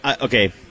okay